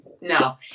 No